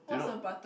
do you know